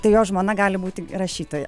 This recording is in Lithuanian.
tai jo žmona gali būti ir rašytoja